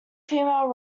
female